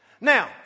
Now